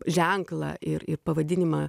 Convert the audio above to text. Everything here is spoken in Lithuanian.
ženklą ir ir pavadinimą